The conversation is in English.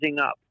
up